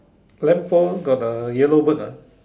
lamp post got the yellow bird ah